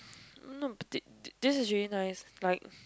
no but did this is very nice like